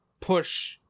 push